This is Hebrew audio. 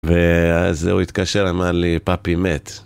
ואז הוא התקשר, אמר לי, פאפי מת.